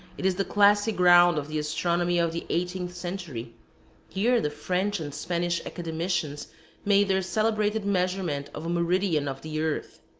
it is the classic ground of the astronomy of the eighteenth century here the french and spanish academicians made their celebrated measurement of a meridian of the earth.